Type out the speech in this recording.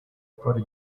paul